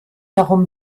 darum